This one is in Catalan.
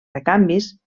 recanvis